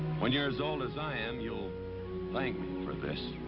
when you're as old as i am, you'll thank me for this.